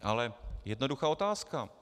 Ale jednoduchá otázka.